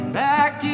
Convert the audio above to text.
back